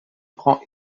prend